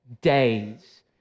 days